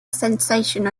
sensation